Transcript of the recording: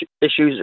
issues